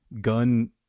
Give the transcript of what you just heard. gun